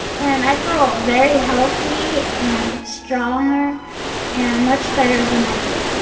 and i feel very healthy, and stronger and much better than i did.